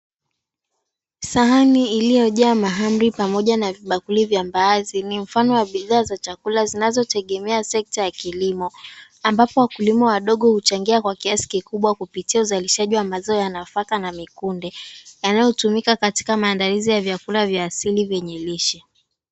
Sahani iliyojaa mahamri pamoja na vibakuli vya mbaazi ni mfano wa bidhaa za chakula zinazotegemea sekta ya kilimo ambapo wakulima wadogo huchangia kwaa kiasi kikubwa kupitia uzalishaji wa maziwa ya nafaka na mikunde yanayotumika katika maandalizi ya vyakula vya asili vyenye lishe.